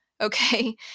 okay